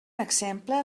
exemple